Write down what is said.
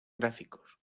gráficos